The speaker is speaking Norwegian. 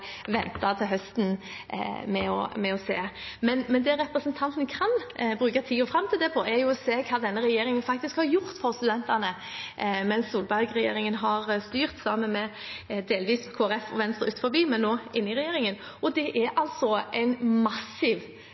vente til høsten med å få se. Men det som representanten Knutsdatter Strand kan bruke tiden fram til da på, er å se på hva denne regjeringen, Solberg-regjeringen, faktisk har gjort for studentene mens den har styrt, delvis sammen med Kristelig Folkeparti og Venstre på utsiden, men nå med de partiene i regjering, og det har vært en massiv